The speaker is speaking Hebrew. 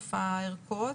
לאיסוף הערכות,